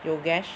Yogesh